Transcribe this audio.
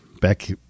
Back